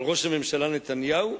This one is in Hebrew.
אבל ראש הממשלה נתניהו?